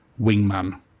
wingman